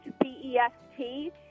B-E-S-T